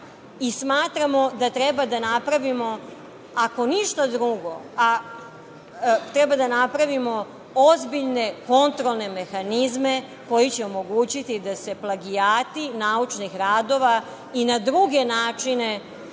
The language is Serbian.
Smatramo da treba da napravimo ako ništa drugo, treba da napravimo ozbiljne kontrolne mehanizme koji će omogućiti da se plagijati naučnih radova i na druge načine